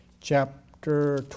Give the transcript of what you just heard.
chapter